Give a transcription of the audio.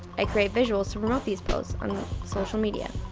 i create visuals to promote these posts on social media.